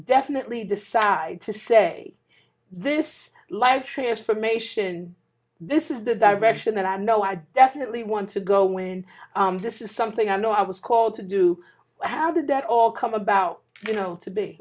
definitely decide to say this life transformation this is the direction that i know i definitely want to go in this is something i know i was called to do how did that all come about you know to be